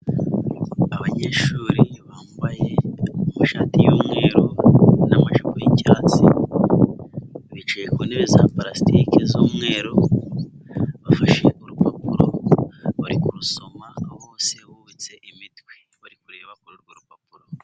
Abanyeshuri bambaye ashati y'umweru n'amajipo y'icyatsi, bicaye ku ntebe za palasitike z'umweru, bafashe urupapuro bari kurusoma bose bubatse imitwe, bari kureba kuri urwo rupapuro.